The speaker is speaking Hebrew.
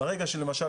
למשל,